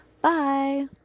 Bye